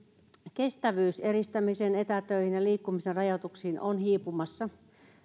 kestävyys eristämisessä etätöissä ja liikkumisen rajoituksissa on hiipumassa